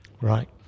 Right